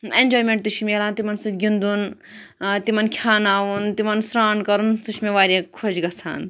enjoyment تہِ چھِ میلان تِمَن سۭتۍ گِنٛدُن ٲں تِمَن کھیٚاوناوُن تِمَن سرٛان کَرُن سُہ چھُ مےٚ واریاہ خۄش گَژھان